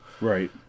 right